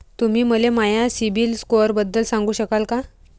तुम्ही मले माया सीबील स्कोअरबद्दल सांगू शकाल का?